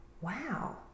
wow